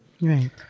Right